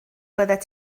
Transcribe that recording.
byddet